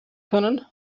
können